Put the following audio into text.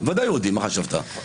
בוודאי יהודים, מה חשבת?